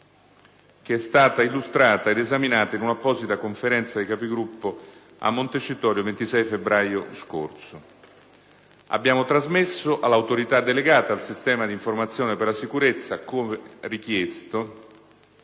che è stata illustrata ed esaminata in un'apposita Conferenza dei Capigruppo a Montecitorio il 26 febbraio scorso. Abbiamo trasmesso all'Autorità delegata al Sistema di informazione per la sicurezza, come richiesto,